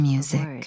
Music